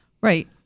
Right